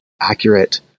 accurate